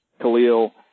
Khalil